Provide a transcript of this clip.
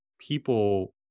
people